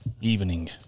evening